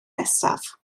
nesaf